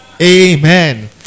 Amen